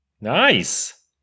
Nice